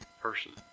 person